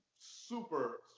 super